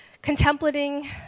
Contemplating